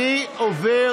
אני עובר